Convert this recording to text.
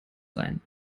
sein